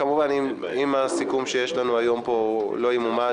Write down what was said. כמובן שאם הסיכום שיש לנו היום פה לא ימומש,